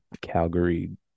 Calgary